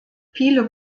viele